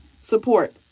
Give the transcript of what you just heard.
Support